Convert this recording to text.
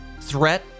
threat